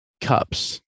cups